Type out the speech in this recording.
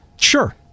Sure